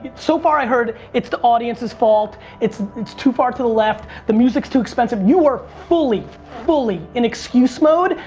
so far i heard, it's the audience's fault. it's it's too far to the left, the music's too expensive. you are fully, fully in excuse mode.